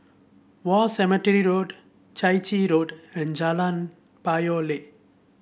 War Cemetery Road Chai Chee Road and Jalan Payoh Lai